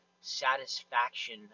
satisfaction